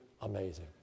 amazing